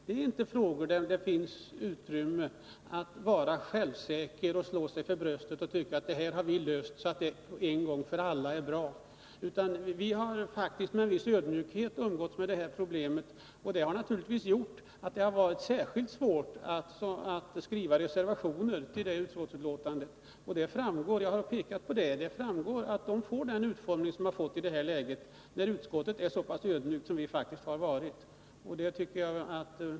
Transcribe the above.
Här finns det inte utrymme för att vara självsäker och slå sig för bröstet och tycka att det här har vi löst så att det en gång för alla är bra, utan vi har faktiskt med en viss ödmjukhet umgåtts med problemet. Därför har det naturligtvis varit särskilt svårt att skriva reservationer till detta betänkande, och det framgår — jag har pekat på det — att de får den utformning som de nu har fått när utskottet är så ödmjukt som det har varit.